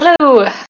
Hello